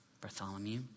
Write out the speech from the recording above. Bartholomew